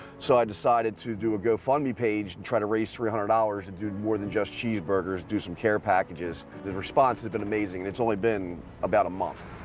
so i decided to do a gofundme page and try to raise three hundred dollars, and do more than just cheeseburgers. do some care packages. the response has been amazing, and it's only been about a month.